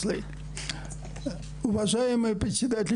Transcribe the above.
(אומר דברים בשפה הרוסית.